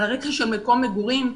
על רקע של מקום מגורים.